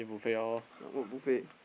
I want buffet